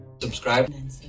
subscribe